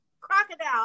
Crocodile